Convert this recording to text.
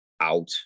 out